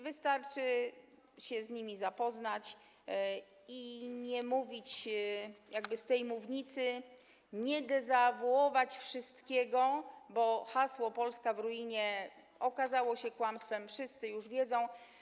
Wystarczy się z nimi zapoznać i z tej mównicy nie mówić, nie dezawuować wszystkiego, bo hasło „Polska w ruinie” okazało się kłamstwem, wszyscy już wiedzą.